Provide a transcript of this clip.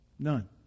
none